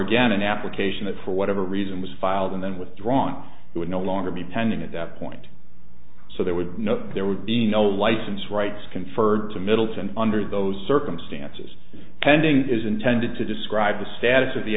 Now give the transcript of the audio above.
again an application that for whatever reason was filed and then withdrawn it would no longer be pending at that point so there would be no there would be no license rights conferred to middleton under those circumstances pending is intended to describe the status of the